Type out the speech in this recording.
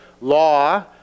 law